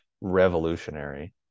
revolutionary